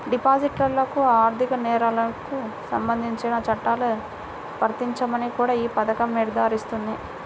డిఫాల్టర్లకు ఆర్థిక నేరాలకు సంబంధించిన చట్టాలు వర్తించవని కూడా ఈ పథకం నిర్ధారిస్తుంది